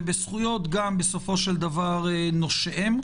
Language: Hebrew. ובזכויות גם בסופו של דבר נושיהם.